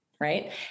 right